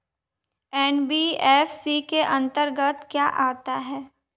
NBFC के अंतर्गत क्या आता है?